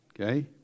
okay